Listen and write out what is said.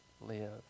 live